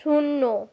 শূন্য